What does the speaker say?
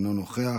אינו נוכח,